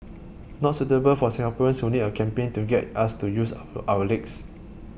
not suitable for Singaporeans who need a campaign to get us to use our legs